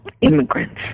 immigrants